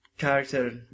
Character